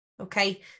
Okay